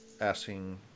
asking